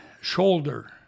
shoulder